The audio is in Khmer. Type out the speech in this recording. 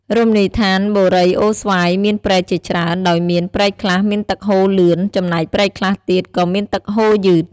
រមណីដ្ឋានបូរីអូរស្វាយមានព្រែកជាច្រើន ដោយមាន ព្រែកខ្លះមានទឹកហូរលឿន ចំណែកព្រែកខ្លះទៀត ក៏មានទឹកហូរយឺត។